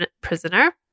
prisoner